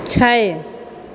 छै